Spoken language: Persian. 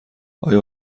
آیا